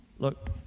Look